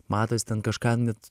matos ten kažką net